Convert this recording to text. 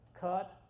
cut